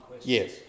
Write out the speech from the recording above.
Yes